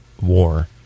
war